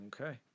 Okay